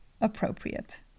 appropriate